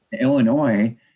illinois